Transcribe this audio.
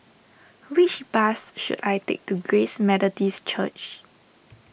which bus should I take to Grace Methodist Church